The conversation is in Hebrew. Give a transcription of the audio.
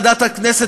זאת ועדת הכנסת